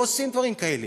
לא עושים דברים כאלה,